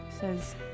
says